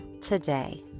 today